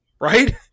right